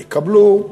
יקבלו.